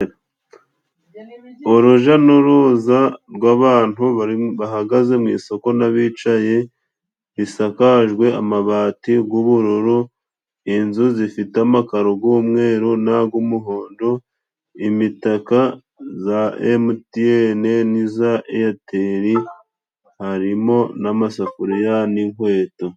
Uruja n'uruza rw'abantu bahagaze mu isoko n'abicaye risakajwe amabati g'ubururu ,inzu zifite amakaro g' umweru n'ag'umuhondo, imitaka za Emutiyene n'iza Eyateli harimo n'amasafuriya n'inkweto.